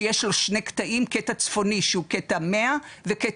שיש לו שני קטעים: קטע צפוני שהוא קטע 100 וקטע